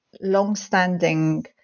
longstanding